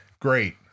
great